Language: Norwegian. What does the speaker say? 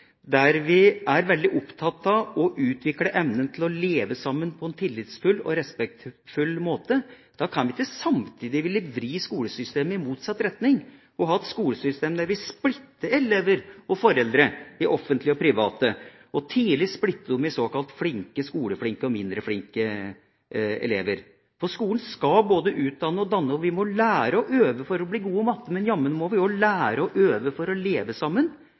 der vi er veldig opptatt av å utvikle evnen til å leve sammen på en tillitsfull og respektfull måte – og samtidig vri skolesystemet i motsatt retning, til et skolesystem der vi splitter elever og foreldre i offentlige og private, og der vi tidlig splitter elevene i såkalte flinke og mindre flinke elever. For skolen skal både utdanne og danne, og vi må lære og øve for å bli gode i matte, men jammen må vi også lære og øve for å leve sammen